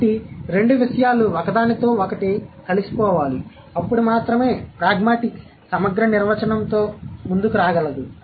కాబట్టి రెండు విషయాలు ఒకదానితో ఒకటి కలిసిపోవాలి అప్పుడు మాత్రమే ప్రాగ్మాటిక్స్ సమగ్ర నిర్వచనంతో ముందుకు రాగలదు